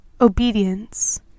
obedience